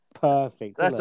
Perfect